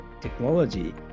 technology